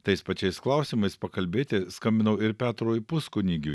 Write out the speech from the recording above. tais pačiais klausimais pakalbėti skambinau ir petrui puskunigiui